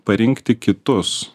parinkti kitus